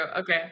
Okay